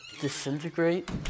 disintegrate